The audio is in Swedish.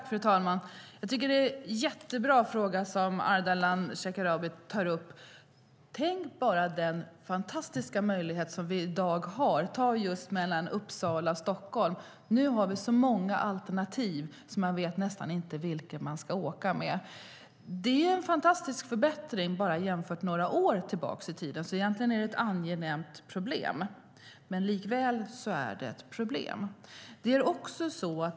Fru talman! Det är en jättebra fråga som Ardalan Shekarabi tar upp. Tänk bara på den fantastiska möjlighet som vi i dag har just mellan Uppsala och Stockholm. Nu har vi så många alternativ så att man nästan inte vet vilket tåg man ska åka med. Det är en fantastisk förbättring bara jämfört med några år tillbaka i tiden. Egentligen är det ett angenämt problem, men likväl är det ett problem.